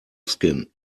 skin